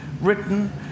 written